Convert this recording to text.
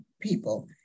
people